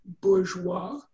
bourgeois